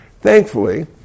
Thankfully